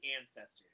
ancestors